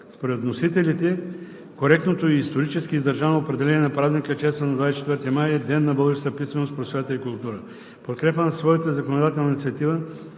Според вносителите коректното и исторически издържано определение на празника, честван на 24 май е: Ден на българската писменост, просвета и култура. В подкрепа на своята законодателна инициатива